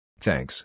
Thanks